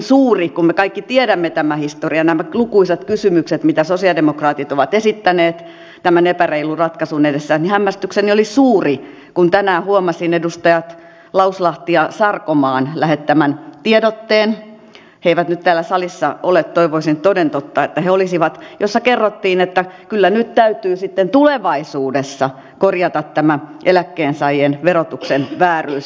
mutta kun me kaikki tiedämme tämän historian nämä lukuisat kysymykset mitä sosialidemokraatit ovat esittäneet tämän epäreilun ratkaisun edessä niin hämmästykseni oli suuri kun tänään huomasin edustajien lauslahti ja sarkomaa lähettämän tiedotteen he eivät nyt täällä salissa ole toivoisin toden totta että he olisivat jossa kerrottiin että kyllä nyt täytyy sitten tulevaisuudessa korjata tämä eläkkeensaajien verotuksen vääryys